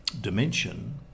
dimension